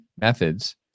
methods